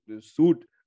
Suit